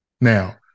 Now